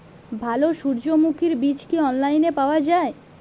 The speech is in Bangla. ভালো সূর্যমুখির বীজ কি অনলাইনে পাওয়া যায়?